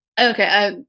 okay